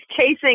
chasing